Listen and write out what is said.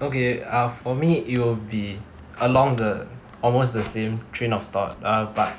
okay uh for me it will be along the almost the same train of thought but